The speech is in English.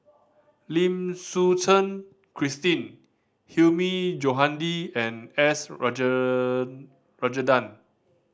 Lim Suchen Christine Hilmi Johandi and S Rajendran